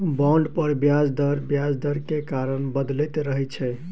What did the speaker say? bond पर ब्याज दर बजार दर के कारण बदलैत रहै छै